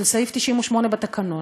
סעיף 98 בתקנון,